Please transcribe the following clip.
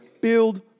build